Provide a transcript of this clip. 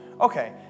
Okay